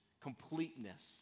completeness